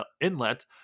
Inlet